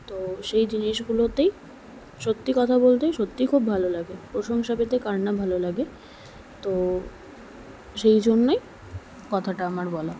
তো সেই জিনিসগুলোতেই সত্যি কথা বলতেই সত্যিই খুব ভালো লাগে প্রশংসা পেতে কার না ভালো লাগে তো সেই জন্যই কথাটা আমার বলা